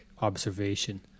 observation